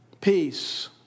peace